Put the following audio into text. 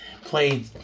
played